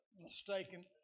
mistaken